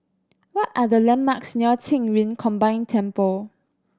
what are the landmarks near Qing Yun Combined Temple